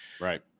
Right